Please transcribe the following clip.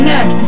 Neck